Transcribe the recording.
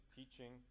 teaching